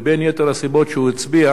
ובין יתר הסיבות שהוא הצביע